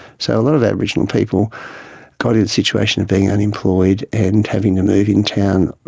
so a lot of aboriginal people got in the situation of being unemployed and having to move in town,